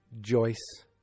Joyce